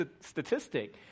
statistic